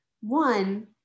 One